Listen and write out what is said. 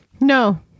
No